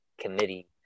committee